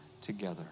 together